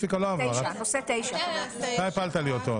הזמנה.